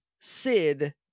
Sid